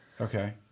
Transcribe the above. Okay